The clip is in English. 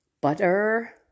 butter